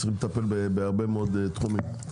וצריכים לטפל בהרבה מאוד תחומים,